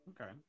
Okay